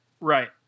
Right